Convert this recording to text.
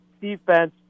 defense